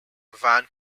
van